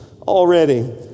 already